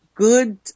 Good